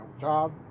job